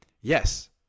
Yes